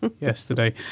yesterday